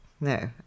no